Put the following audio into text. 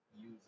use